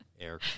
air